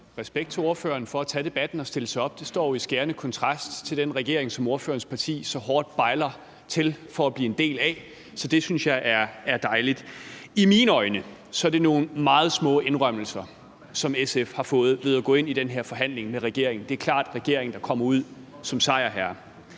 respekt for ordføreren for at tage debatten og stille sig op. Det står jo i skærende kontrast til den regering, som ordførerens parti så hårdt bejler til om at blive en del af, så det synes jeg er dejligt. I mine øjne er det nogle meget små indrømmelser, som SF har fået ved at gå ind i den her forhandling med regeringen; det er klart regeringen, der er kommet ud som sejrherre.